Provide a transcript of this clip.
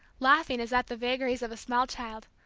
laughing as at the vagaries of a small child,